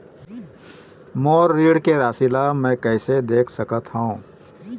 मोर ऋण के राशि ला म कैसे देख सकत हव?